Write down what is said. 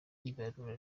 ibarura